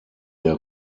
der